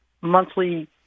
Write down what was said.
monthly—